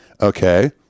okay